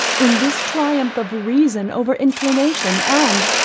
in this triumph of reason over inclination, and,